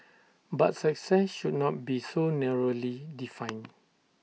but success should not be so narrowly defined